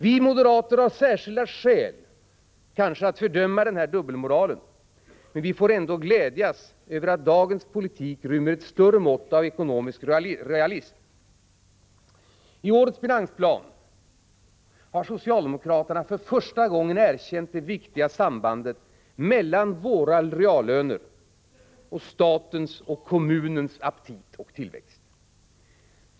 Vi moderater har kanske särskilda skäl att fördöma den här dubbelmoralen, men får ändå glädjas över att dagens politik rymmer ett större mått av ekonomisk realism. I årets finansplan har socialdemokraterna för första gången erkänt det viktiga sambandet mellan våra reallöner och statens och kommunens aptit och tillväxt.